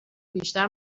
بیشتر